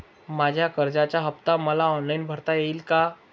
माझ्या कर्जाचा हफ्ता मला ऑनलाईन भरता येईल का?